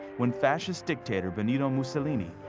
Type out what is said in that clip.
when fascist dictator, benito mussolini,